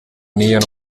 n’iyo